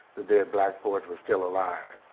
the dead black poets were still alive.